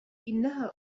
إنها